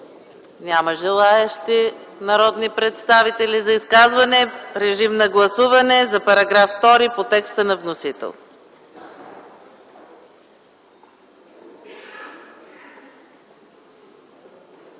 Няма желаещи народни представители за изказване. Моля да гласуваме § 2 по текста на вносителя.